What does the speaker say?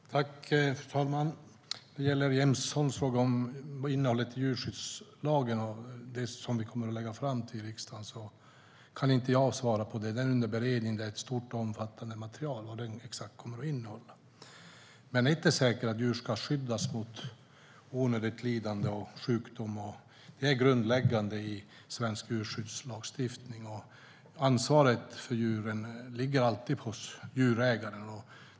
Fru talman! När det gäller Jens Holms fråga om innehållet i djurskyddslagen och vad vi kommer att lägga fram för riksdagen kan jag inte svara på vad den kommer att innehålla exakt. Den är under beredning, och det är ett stort och omfattande material. Men ett är säkert: Djur ska skyddas från onödigt lidande och sjukdom. Det är grundläggande i svensk djurskyddslagstiftning. Ansvaret för djuren ligger alltid hos djurägarna.